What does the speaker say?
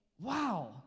wow